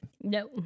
No